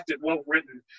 well-written